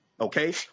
okay